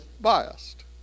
biased